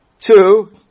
Two